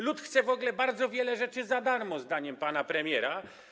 Lud chce w ogóle bardzo wiele rzeczy za darmo, zdaniem pana premiera.